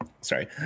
sorry